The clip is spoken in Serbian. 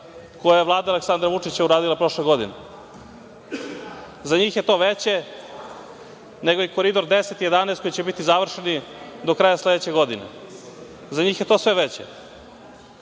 koje je Vlada Aleksandra Vučića uradila prošle godine. Za njih je to veće nego Koridor 10 i 11 koji će biti završeni do kraja sledeće godine, za njih je sve to veće.